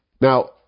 Now